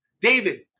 David